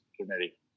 committee